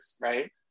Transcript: right